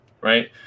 Right